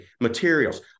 materials